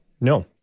No